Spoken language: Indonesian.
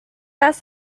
tas